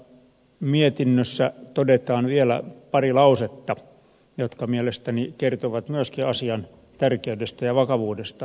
mietinnössä todetaan vielä pari lausetta jotka mielestäni kertovat myöskin asian tärkeydestä ja vakavuudesta